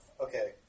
Okay